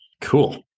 Cool